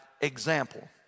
example